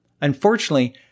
Unfortunately